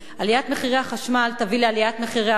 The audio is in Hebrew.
עליית מחירי החשמל תביא לעליית מחירי המים,